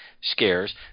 scares